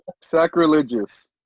Sacrilegious